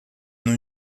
não